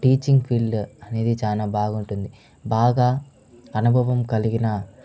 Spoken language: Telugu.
టీచింగ్ ఫీల్డ్ అనేది చానా బాగుంటుంది బాగా అనుభవం కలిగిన